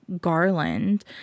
garland